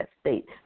state